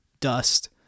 dust